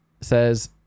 Says